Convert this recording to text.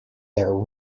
their